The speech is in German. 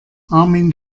armin